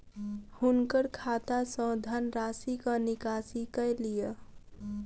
हुनकर खाता सॅ धनराशिक निकासी कय लिअ